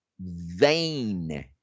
vain